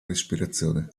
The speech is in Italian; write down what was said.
respirazione